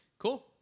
Cool